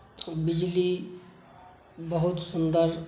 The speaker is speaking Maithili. बिजली बहुत सुन्दर